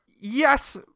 Yes